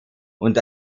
und